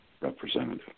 representative